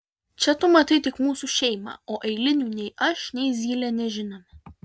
čia tu matai tik mūsų šeimą o eilinių nei aš nei zylė nežinome